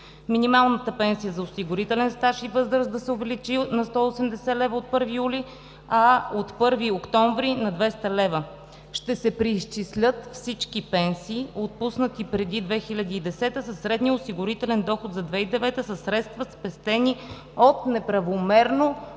Минималната пенсия за осигурителен стаж и възраст да се увеличи на 180 лв. от 1 юли, а от 1 октомври – на 200 лв. Ще се преизчислят всички пенсии, отпуснати преди 2010 г., със средния осигурителен доход за 2009 г. със средства, спестени от неправомерно отпуснати